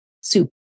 soup